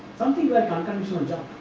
something like unconditional jump,